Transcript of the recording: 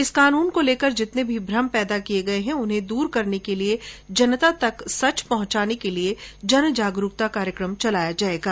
इस कानून को लेकर जितने भी भ्रम पैदा किये गये है उन्हें दूर करने और जनता तक साच पहंचाने के लिए जनजागरूकता कार्यक्रम चलाये जायेंगे